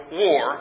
war